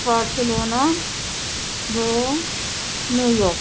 Barcelona bro New York